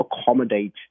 accommodate